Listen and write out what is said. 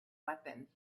weapons